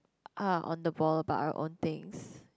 are on the ball but are on thing